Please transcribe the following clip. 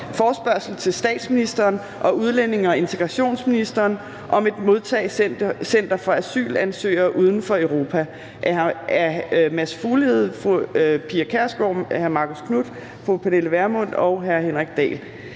Forespørgsel til statsministeren og udlændinge- og integrationsministeren om et modtagecenter for asylansøgere uden for Europa. Af Mads Fuglede (V), Pia Kjærsgaard (DF), Marcus Knuth (KF), Pernille Vermund (NB) og Henrik Dahl